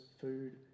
food